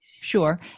Sure